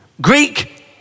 Greek